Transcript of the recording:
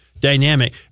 dynamic